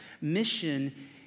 Mission